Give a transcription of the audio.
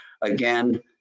Again